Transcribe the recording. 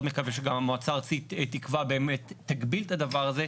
מקווה שגם המועצה הארצית תגביל את הדבר הזה.